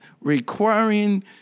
requiring